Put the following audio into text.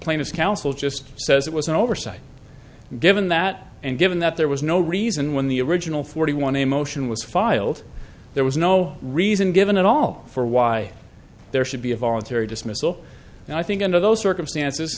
claims counsel just says it was an oversight given that and given that there was no reason when the original forty one a motion was filed there was no reason given at all for why there should be a voluntary dismissal and i think under those circumstances